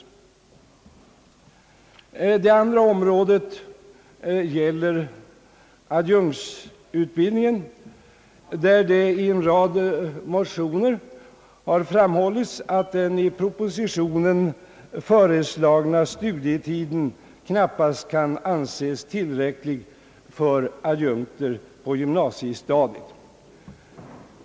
Det andra området gäller adjunktutbildningen, där det i en rad motioner har framhållits, att den i propositionen föreslagna studietiden knappast kan anses tillräcklig för adjunkter på gymnasiestadiet.